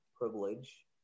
privilege